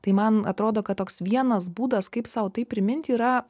tai man atrodo kad toks vienas būdas kaip sau tai priminti yra